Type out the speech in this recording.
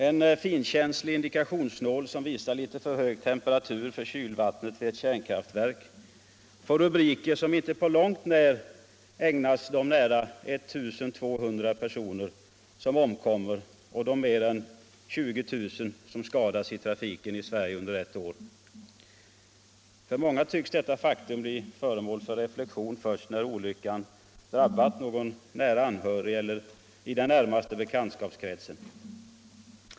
En finkänslig indikationsnål, som visar litet för hög temperatur för kylvattnet vid ett kärnkraftverk, får rubriker som inte på långt när ägnas de nära I 200 personer som omkommer och de mer än 20 000 som skadas i trafiken i Sverige under ett år. För många tycks detta faktum bli föremål för reflexion först när olyckan drabbat någon nära anhörig eller någon i den närmaste bekantskapskretsen.